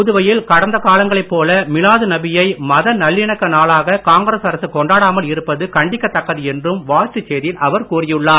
புதுவையில் கடந்த காலங்களைப் போல மிலாது நபியை மத நல்லிணக்க நாளாக காங்கிரஸ் அரசு கொண்டாடாமல் இருப்பது கண்டிக்கத் தக்கது என்றும் வாழ்த்துச் செய்தியில் அவர் கூறியுள்ளார்